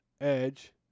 Edge